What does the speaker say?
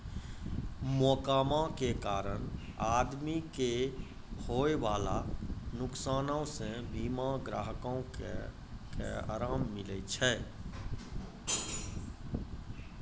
मोकदमा के कारण आदमी के होयबाला नुकसानो से बीमा ग्राहको के अराम मिलै छै